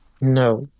No